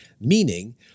Meaning